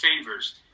favors